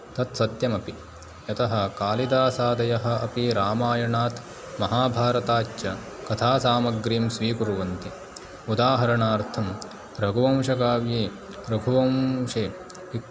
तत्सत्यमपि यतः कालिदासादयः अपि रामायणात् महाभारतात् च कथासामग्रीं स्वीकुर्वन्ति उदाहरणार्थं रघुवंशकाव्ये रघुवंशे इ